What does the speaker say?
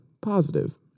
positive